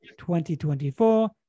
2024